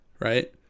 right